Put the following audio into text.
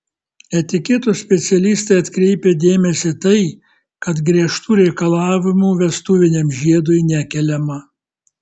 etiketo specialistai atkreipia dėmesį tai kad griežtų reikalavimų vestuviniam žiedui nekeliama